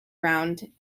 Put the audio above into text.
around